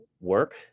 work